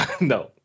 No